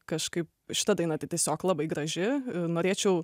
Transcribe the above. kažkaip šita daina tai tiesiog labai graži norėčiau